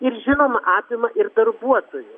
ir žinoma apima ir darbuotojų